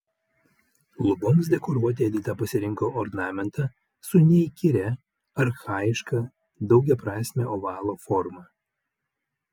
luboms dekoruoti edita pasirinko ornamentą su neįkyria archajiška daugiaprasme ovalo forma